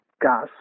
gas